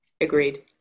agreed